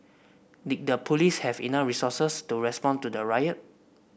did the police have enough resources to respond to the riot